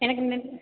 எனக்கு நெ